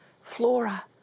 Flora